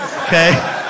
Okay